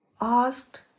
Asked